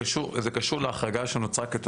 זה קשור להחרגה שנוצרה.